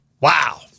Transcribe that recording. wow